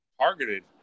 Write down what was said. targeted